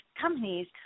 companies